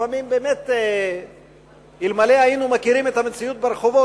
לפעמים באמת אלמלא היינו מכירים את המציאות ברחובות,